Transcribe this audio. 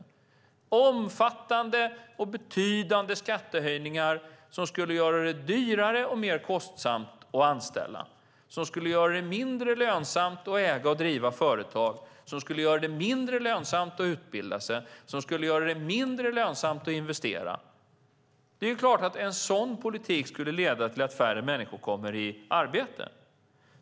Det är omfattande och betydande skattehöjningar, som skulle göra det dyrare och mer kostsamt att anställa, som skulle göra det mindre lönsamt att äga och driva företag, som skulle göra det mindre lönsamt att utbilda sig och som skulle göra det mindre lönsamt att investera. Det är klart att en sådan politik skulle leda till att färre människor kommer i arbete.